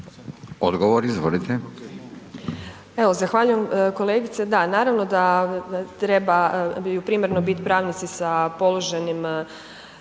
Odgovor izvolite.